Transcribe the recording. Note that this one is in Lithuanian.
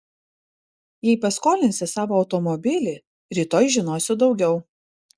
jei paskolinsi savo automobilį rytoj žinosiu daugiau